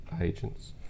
agents